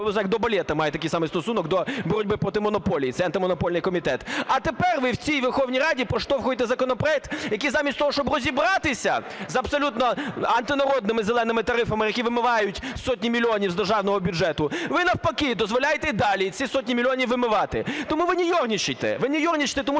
як до балету має такий самий стосунок до боротьби проти монополії – це Антимонопольний комітет. А тепер ви в цій Верховній Раді проштовхуєте законопроект, який замість того, щоб розібратися з абсолютно антинародними "зеленими" тарифами, які вимивають сотні мільйонів з державного бюджету, ви навпаки дозволяєте і далі ці сотні мільйонів вимивати. Тому ви не ерничайте. Ви не ерничайте, тому